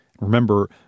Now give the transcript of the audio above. Remember